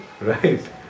Right